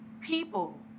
people